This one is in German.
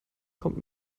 kommt